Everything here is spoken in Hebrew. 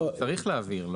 צריך להעביר.